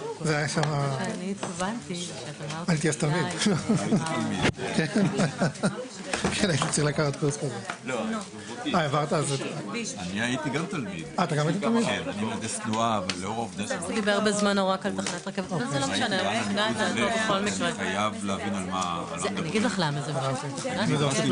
הישיבה ננעלה בשעה 12:40.